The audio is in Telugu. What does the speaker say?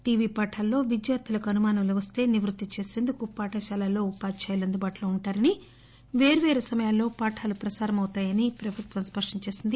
టీవీ పాఠాల్లో విద్యార్దులకు అనుమానాలు వస్తే నివృత్తి చేసేందుకు పాఠశాలల్లో ఉపాధ్యాయులు అందుబాటులో ఉంటారని పేర్వేరు సమయాల్లో పాఠాలు ప్రసారమవుతాయన్న ప్రభుత్వం స్పష్టం చేసింది